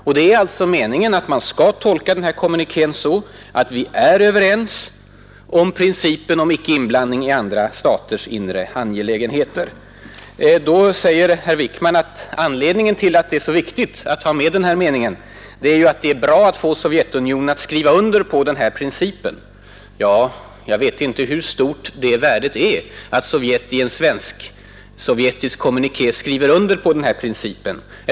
Men ändå är det meningen att man skall tolka denna kommuniké så, att vi är överens om principen om icke-inblandning i andra staters inre angelägenheter. Herr Wickman säger att anledningen till att det var så viktigt att ta med den här meningen är, att det är bra att få Sovjetunionen att skriva under på denna princip. Jag vet inte hur stort värde det har att Sovjetunionen i en svensk-sovjetisk kommuniké skriver under på en princip man inte håller på.